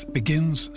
begins